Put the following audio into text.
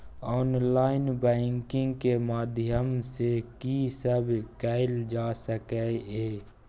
Online banking के माध्यम सं की सब कैल जा सके ये?